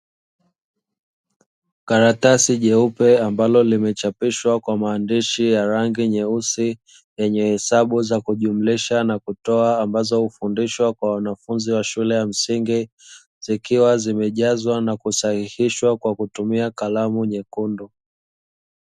Karatasi jeupe ambalo limechapishwa kwa maandishi ya rangi nyeusi, lenye hesabu za kujumlisha na kutoa; ambazo hufundishwa kwa wanafunzi wa shule ya msingi, zikiwa zimejazwa na kusahihishwa kwa kutumia kalamu nyekundu.